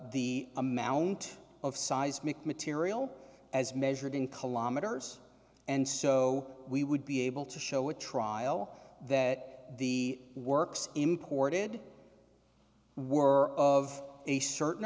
the amount of seismic material as measured in kilometers and so we would be able to show a trial that the works imported were of a certain